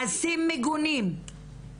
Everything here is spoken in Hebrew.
מעשים מגונים.